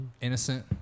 Innocent